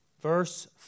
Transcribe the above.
Verse